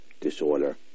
disorder